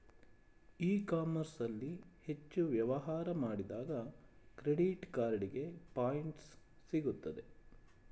E commerce ಅಲ್ಲಿ ಹೆಚ್ಚು ವ್ಯವಹಾರ ಮಾಡಿದಾಗ ಕ್ರೆಡಿಟ್ ಕಾರ್ಡಿಗೆ ಪಾಯಿಂಟ್ಸ್ ಸಿಗುತ್ತದೆ